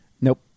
Nope